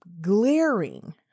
glaring